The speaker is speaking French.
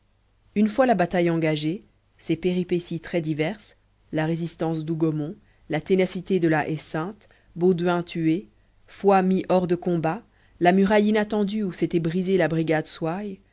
une fois la bataille engagée ses péripéties très diverses la résistance d'hougomont la ténacité de la haie sainte bauduin tué foy mis hors de combat la muraille inattendue où s'était brisée la brigade soye